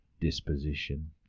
disposition